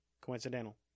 coincidental